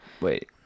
wait